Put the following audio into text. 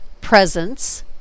presence